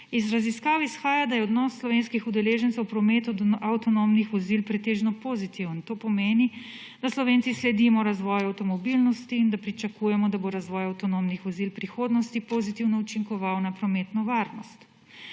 Iz raziskav izhaja, da je odnos slovenskih udeležencev v prometu do avtonomnih vozil pretežno pozitiven. To pomeni, da Slovenci sledimo razvoju avtomobilnosti in da pričakujemo, da bo razvoj avtonomnih vozil v prihodnosti pozitivno učinkoval na prometno varnost.